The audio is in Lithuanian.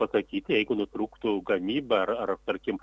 pasakyti jeigu nutrūktų gamyba ar ar tarkim